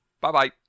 Bye-bye